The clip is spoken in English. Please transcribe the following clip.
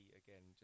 again